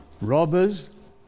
robbers